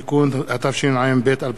התשע"ב 2012,